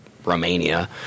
Romania